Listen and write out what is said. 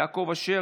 יעקב אשר,